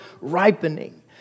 ripening